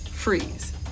freeze